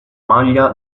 maglia